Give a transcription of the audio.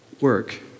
work